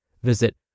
Visit